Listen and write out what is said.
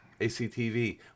ACTV